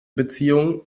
beziehung